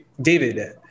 David